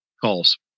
calls